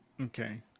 okay